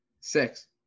six